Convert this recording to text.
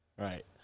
Right